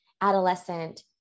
adolescent